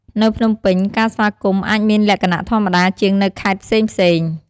នៅភ្នំពេញ ការស្វាគមន៍អាចមានលក្ខណៈធម្មតាជាងនៅខេត្តផ្សេងៗ។